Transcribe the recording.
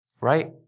Right